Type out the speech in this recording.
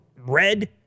red